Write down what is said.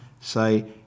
say